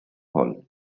hall